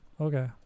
Okay